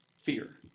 fear